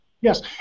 Yes